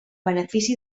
benefici